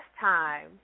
time